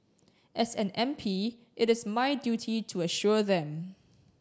as an M P it is my duty to assure them